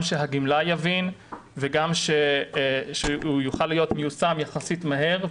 הגמלאי יבין ושהוא גם יוכל להיות מיושם יחסית מהר,